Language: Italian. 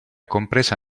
compresa